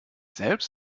selbst